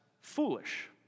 foolish